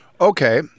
okay